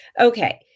Okay